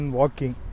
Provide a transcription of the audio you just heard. walking